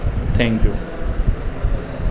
thank you